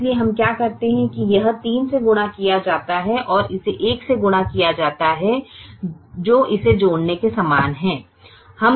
इसलिए हम क्या करते हैं की यह 3 से गुणा किया जाता है और इसे 1 से गुणा किया जाता है जो इसे जोड़ने के समान है